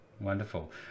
Wonderful